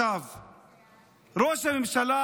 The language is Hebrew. ראש הממשלה,